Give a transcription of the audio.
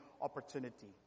opportunity